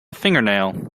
fingernail